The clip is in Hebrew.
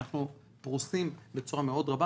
אנחנו פרושים בצורה רבה,